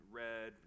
red